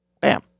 Bam